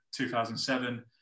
2007